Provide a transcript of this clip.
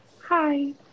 Hi